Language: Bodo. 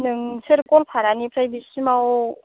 नोंसोर गवालपारानिफ्राय बिसिमाव